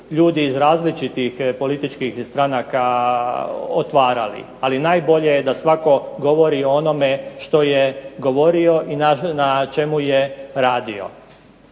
ljudi iz različitih političkih stranaka otvarali. Ali najbolje je da svatko govorio o onome o čemu je govorio i na čemu je radio.